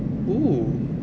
oh